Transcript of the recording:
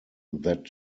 that